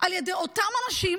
על ידי אותם אנשים